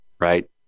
right